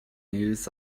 news